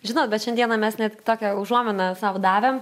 žinot bet šiandieną mes net tokią užuominą sau davėme